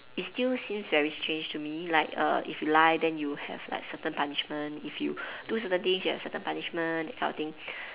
it still seems very strange to me like err if you lie then you have like certain punishment if you do certain things you have certain punishment that kind of thing